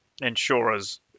insurers